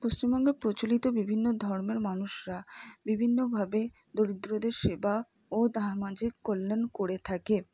পশ্চিমবঙ্গে প্রচলিত বিভিন্ন ধর্মের মানুষরা বিভিন্নভাবে দরিদ্রদের সেবা ও কল্যাণ করে থাকে